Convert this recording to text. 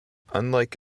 unlike